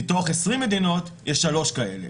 מתוך 20 מדינות יש שלוש כאלה.